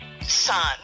son